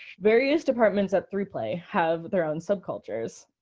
various departments at three play have their own subcultures.